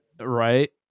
Right